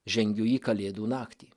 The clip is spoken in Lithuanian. žengiu į kalėdų naktį